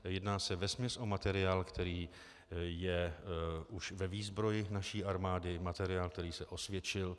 Jedná se vesměs o materiál, který je už ve výzbroji naší armády, materiál, který se osvědčil.